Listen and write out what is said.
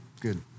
good